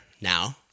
now